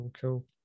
Cool